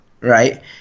right